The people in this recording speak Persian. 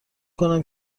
کنم